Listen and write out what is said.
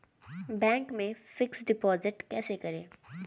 Bank में fix deposit कैसे करें?